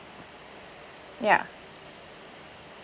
ya